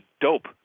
dope